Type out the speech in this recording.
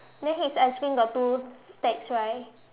then his ice cream got two stacks right